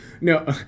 No